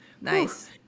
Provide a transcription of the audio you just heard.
Nice